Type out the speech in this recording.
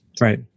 Right